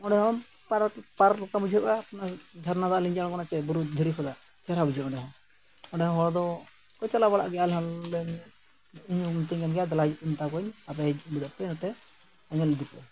ᱚᱸᱰᱮ ᱦᱚᱸ ᱯᱟᱨ ᱯᱟᱨᱠ ᱞᱮᱠᱟ ᱵᱩᱡᱷᱟᱹᱜᱼᱟ ᱚᱱᱟ ᱡᱷᱟᱨᱱᱟ ᱫᱟᱜ ᱞᱤᱸᱡᱤ ᱟᱬᱜᱚᱱᱟ ᱪᱮᱫ ᱵᱩᱨᱩ ᱫᱷᱤᱨᱤ ᱠᱷᱚᱱᱟᱜ ᱪᱮᱦᱨᱟ ᱵᱩᱡᱷᱟᱹᱜᱼᱟ ᱚᱸᱰᱮ ᱦᱚᱸ ᱚᱸᱰᱮ ᱦᱚᱸ ᱦᱚᱲ ᱫᱚ ᱠᱚ ᱪᱟᱞᱟᱣ ᱵᱟᱲᱟᱜ ᱜᱮᱭᱟ ᱟᱞᱮ ᱦᱚᱸᱞᱮ ᱤᱧ ᱦᱚᱸ ᱢᱤᱛᱟᱹᱧᱟ ᱫᱮᱞᱟ ᱦᱤᱡᱩᱜ ᱯᱮ ᱢᱮᱛᱟ ᱠᱩᱣᱟᱹᱧ ᱟᱯᱮ ᱦᱤᱡᱩᱜ ᱯᱮ ᱱᱚᱛᱮ ᱟᱨ ᱧᱮᱞ ᱤᱫᱤᱯᱮ